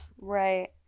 right